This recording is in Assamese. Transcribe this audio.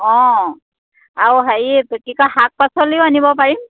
অঁ আৰু হেৰি কি কয় শাক পাচলিও আনিব পাৰিম